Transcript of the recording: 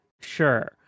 sure